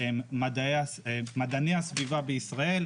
מדעני הסביבה בישראל,